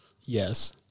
Yes